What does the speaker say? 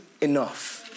enough